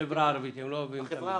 בחברה הערבית לא במגזר הערבי.